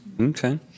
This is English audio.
Okay